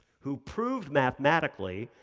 who proved mathematically,